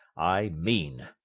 i mean.